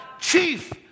chief